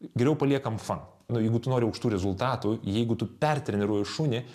geriau paliekam fan nu jeigu tu nori aukštų rezultatų jeigu tu pertreniruoji šunį